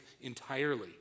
entirely